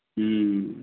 হুম